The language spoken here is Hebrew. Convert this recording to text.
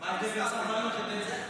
מה ההבדל בין סרבנות לבין זה?